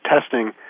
testing